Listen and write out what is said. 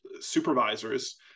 supervisors